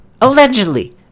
Allegedly